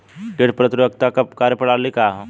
कीट प्रतिरोधकता क कार्य प्रणाली का ह?